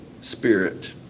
Spirit